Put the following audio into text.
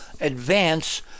advance